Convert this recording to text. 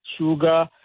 sugar